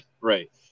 Right